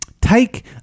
Take